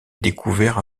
découvert